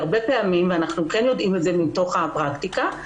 הרבה פעמים אנחנו יודעים את זה מתוך הפרקטיקה,